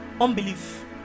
unbelief